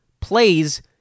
plays